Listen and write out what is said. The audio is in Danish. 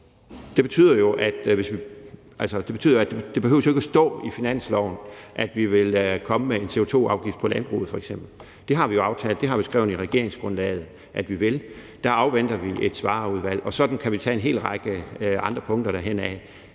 klimamålene. Og det behøver jo ikke at stå i finansloven, at vi vil komme med en CO2-afgift på landbruget f.eks. Det har vi aftalt. Det har vi skrevet i regeringsgrundlaget at vi vil. Der afventer vi Svarer-udvalget, og sådan kan vi tage en hel række andre punkter derhenad.